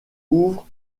ouvre